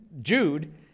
Jude